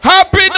Happy